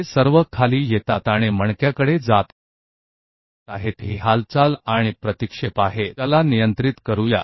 वे सभी नीचे आते हैं और रीढ़ की हड्डी में जा रहे हैं ये मूवमेंट होता है रिफ्लेक्सेस को नियंत्रित करते हैं